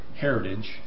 heritage